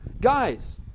Guys